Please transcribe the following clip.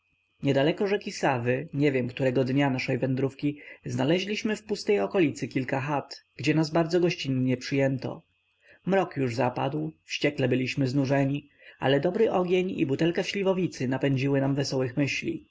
niedaleko rzeki sawy nie wiem którego dnia naszej wędrówki znaleźliśmy w pustej okolicy kilka chat gdzie nas bardzo gościnnie przyjęto mrok już zapadł wściekle byliśmy znużeni ale dobry ogień i butelka śliwowicy napędziły nam wesołych myśli